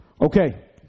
Okay